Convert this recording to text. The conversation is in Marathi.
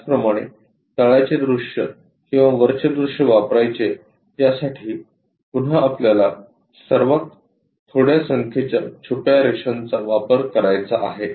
त्याचप्रमाणे तळाचे दृश्य किंवा वरचे दृश्य वापरायचे यासाठी पुन्हा आपल्याला सर्वात थोड्या संख्येच्या छुप्या रेषांचा वापर करायचा आहे